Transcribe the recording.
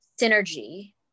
synergy